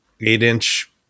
Eight-inch